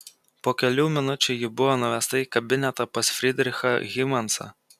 po kelių minučių ji buvo nuvesta į kabinetą pas frydrichą hymansą